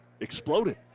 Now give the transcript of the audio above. exploded